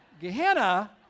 Gehenna